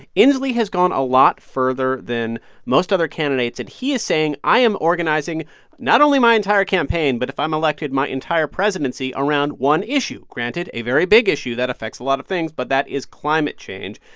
inslee has gone a lot further than most other candidates and he is saying, i am organizing not only my entire campaign, but if i'm elected, my entire presidency around one issue granted, a very big issue that affects a lot of things but that is climate change.